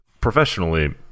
professionally